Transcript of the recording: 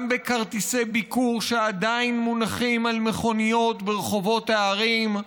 גם בכרטיסי ביקור שעדיין מונחים על מכוניות ברחובות הערים.